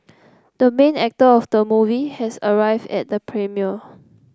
the main actor of the movie has arrived at the premiere